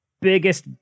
biggest